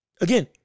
Again